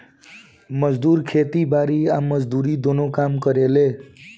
मजदूर खेती बारी आ मजदूरी दुनो काम करेले